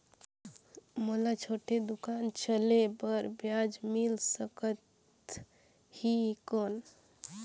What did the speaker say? मोला छोटे दुकान चले बर ब्याज मिल सकत ही कौन?